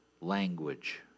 language